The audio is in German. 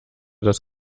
das